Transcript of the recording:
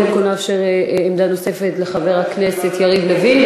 אנחנו קודם כול נאפשר עמדה נוספת לחבר הכנסת יריב לוין,